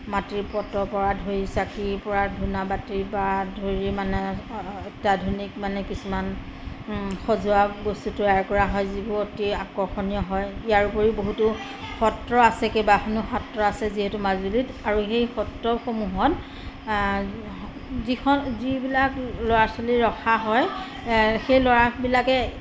মাটিৰ পাত্ৰৰ পৰা ধৰি চাকিৰ পৰা ধূনা বাতিৰ পৰা ধৰি মানে অত্যাধুনিক মানে কিছুমান সজোৱা বস্তু তৈয়াৰ কৰা হয় যিবোৰ অতি আকৰ্ষণীয় হয় ইয়াৰ উপৰিও বহুতো সত্ৰ আছে কেইবাখনো সত্ৰ আছে যিহেতু মাজুলীত আৰু সেই সত্ৰসমূহত যিখন যিবিলাক ল'ৰা ছোৱালী ৰখা হয় সেই ল'ৰাবিলাকে